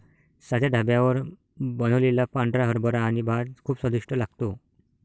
साध्या ढाब्यावर बनवलेला पांढरा हरभरा आणि भात खूप स्वादिष्ट लागतो